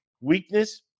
Weakness